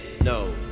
no